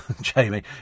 Jamie